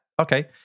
Okay